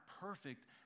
perfect